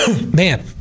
man